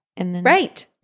Right